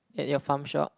at your Farm Shop